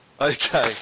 Okay